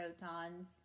protons